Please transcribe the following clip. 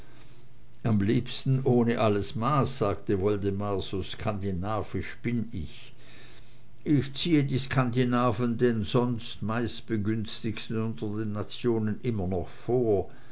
am liebsten ohne alles maß sagte woldemar so skandinavisch bin ich ich ziehe die skandinaven den sonst meistbegünstigten unter den nationen immer noch vor